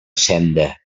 senda